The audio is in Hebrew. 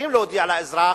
וצריכים להודיע לאזרח,